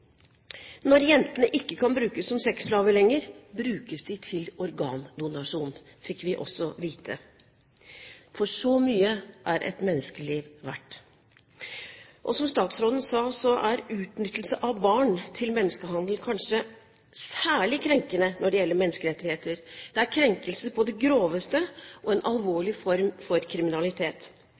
Når jentene ikke kan brukes som sexslaver lenger, brukes de til organdonasjon, fikk vi også vite – for så mye er et menneskeliv verdt. Som statsråden sa, er utnyttelse av barn til menneskehandel kanskje særlig krenkende når det gjelder menneskerettigheter – det er krenkelser på det groveste og en alvorlig form for kriminalitet.